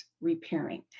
repairing